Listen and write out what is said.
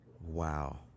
Wow